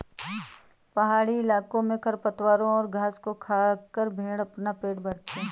पहाड़ी इलाकों में खरपतवारों और घास को खाकर भेंड़ अपना पेट भरते हैं